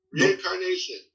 Reincarnation